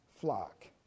flock